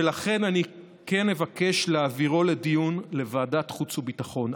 ולכן אני כן אבקש להעבירו לדיון בוועדת החוץ והביטחון.